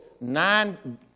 nine